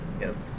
Yes